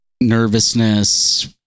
nervousness